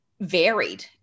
varied